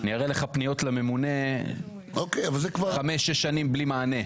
אני אראה לך פניות לממונה חמש שש שנים בלי מענה.